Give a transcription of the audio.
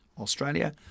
Australia